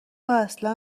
اصلا